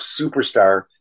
superstar